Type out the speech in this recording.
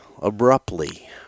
abruptly